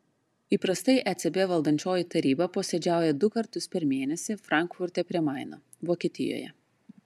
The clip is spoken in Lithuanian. įprastai ecb valdančioji taryba posėdžiauja du kartus per mėnesį frankfurte prie maino vokietijoje